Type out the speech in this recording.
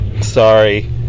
Sorry